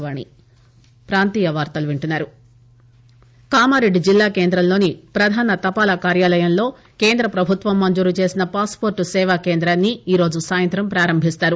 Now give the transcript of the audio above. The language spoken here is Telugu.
పాస్పోర్ట్ కామారెడ్డి జిల్లా కేంద్రంలోని ప్రధాన తపాలా కార్యాలయంలో కేంద్ర ప్రభుత్వం మంజూరు చేసిన పాస్పోర్ట్ సేవా కేందాన్ని ఈరోజు సాయంతం పారంభిస్తారు